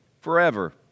forever